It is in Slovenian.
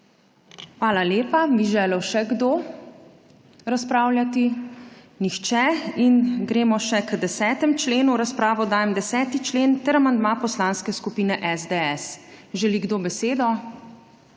Hvala lepa. Bi želel še kdo razpravljati? (Ne.) Nihče. Gremo še k 10. členu. V razpravo dajem 10. člen ter amandma Poslanske skupine SDS. Želi kdo besedo?